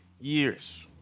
years